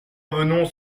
revenons